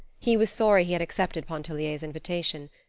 he was sorry he had accepted pontellier's invitation.